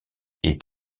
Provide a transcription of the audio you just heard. est